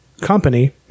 Company